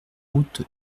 route